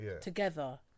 together